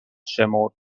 شمرد